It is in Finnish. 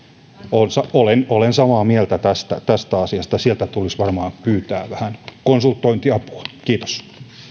niin että olen samaa mieltä tästä tästä asiasta sieltä tulisi varmaan pyytää vähän konsultointiapua kiitos